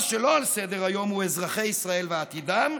מה שלא על סדר-היום הוא אזרחי ישראל ועתידם,